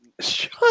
Shut